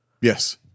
Yes